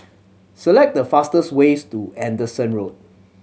select the fastest ways to Anderson Road